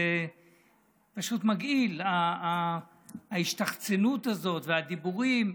זה פשוט מגעיל, ההשתחצנות הזאת והדיבורים.